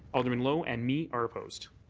alderman lowe and me are opposed.